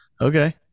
okay